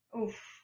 Oof